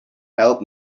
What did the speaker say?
help